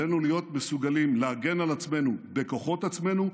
עלינו להיות מסוגלים להגן על עצמנו בכוחות עצמנו,